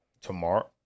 tomorrow